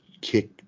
kick